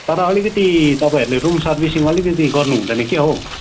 तर अलिकति तपाईँहरूले रुम सर्भिसिङ अलिकति गर्नु हुँदैन क्या हौ